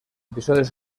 episodios